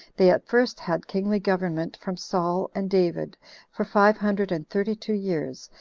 they at first had kingly government from saul and david for five hundred and thirty two years,